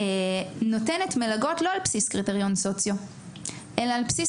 הביטחון שנותנת מלגות לא על בסיס קריטריון סוציו אלא על בסיס